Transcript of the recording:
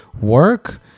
work